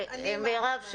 מירב,